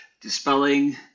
dispelling